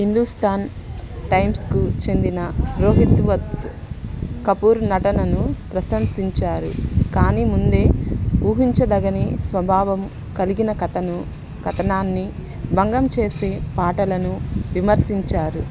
హిందుస్తాన్ టైమ్స్కు చెందిన రోహిత్ వత్స్ కపూర్ నటనను ప్రశంసించారు కానీ ముందే ఊహించదగని స్వభావం కలిగిన కథను కథనాన్ని భంగం చేసే పాటలను విమర్శించారు